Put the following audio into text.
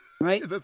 right